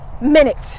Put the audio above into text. minutes